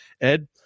ed